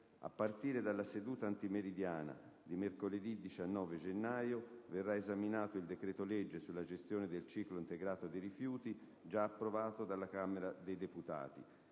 A partire dalla seduta antimeridiana di mercoledì 19 gennaio, sarà esaminato il decreto-legge sulla gestione del ciclo integrato dei rifiuti, già approvato dalla Camera dei deputati.